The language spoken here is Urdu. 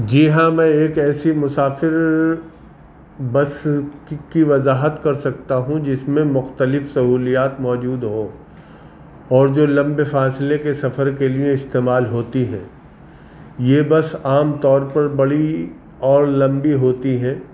جی ہاں میں ایک ایسی مسافر بس کی وضاحت کر سکتا ہوں جس میں مختلف سہولیات موجود ہوں اور جو لمبے فاصلے کے سفر کے لیے استعمال ہوتی ہیں یہ بس عام طور پر بڑی اور لمبی ہوتی ہے